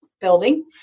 building